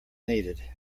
needed